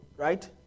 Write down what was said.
right